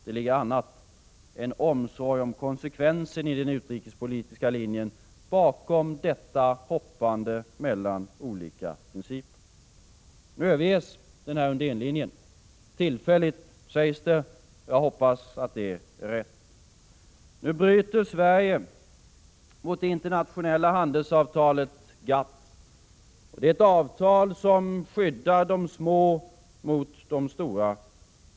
Det ligger annat än omsorg om konsekvensen i den utrikespolitiska linjen bakom detta hoppande mellan olika principer. Nu överges Undénlinjen. Tillfälligt, sägs det. Jag hoppas att det är rätt. Nu bryter Sverige mot det internationella handelsavtalet GATT. Det är ett avtal som skyddar de små mot de stora.